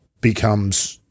becomes